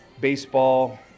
baseball